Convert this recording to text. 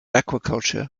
aquaculture